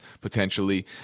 potentially